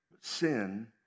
Sin